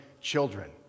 children